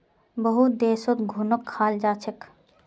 बहुत देशत घुनक खाल जा छेक